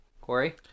Corey